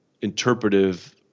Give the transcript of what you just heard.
interpretive